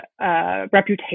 reputation